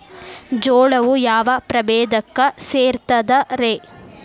ಜೋಳವು ಯಾವ ಪ್ರಭೇದಕ್ಕ ಸೇರ್ತದ ರೇ?